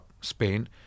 Spain